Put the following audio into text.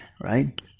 right